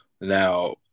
Now